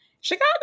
Chicago